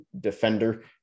defender